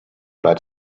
blood